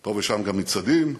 פה ושם גם מצעדים.